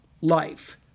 life